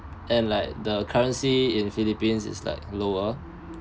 and like the currency in philippines is like lower